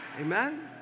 Amen